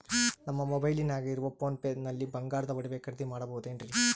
ನಮ್ಮ ಮೊಬೈಲಿನಾಗ ಇರುವ ಪೋನ್ ಪೇ ನಲ್ಲಿ ಬಂಗಾರದ ಒಡವೆ ಖರೇದಿ ಮಾಡಬಹುದೇನ್ರಿ?